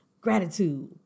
Gratitude